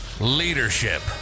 leadership